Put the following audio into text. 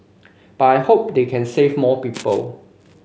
but I hope they can save more people